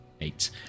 Eight